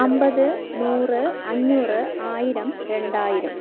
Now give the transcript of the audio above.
അമ്പത് നൂറ് അഞ്ഞൂറ് ആയിരം രണ്ടായിരം